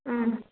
ம்